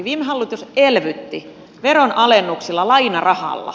viime hallitus elvytti veronalennuksilla lainarahalla